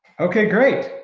okay great.